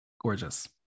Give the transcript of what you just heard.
gorgeous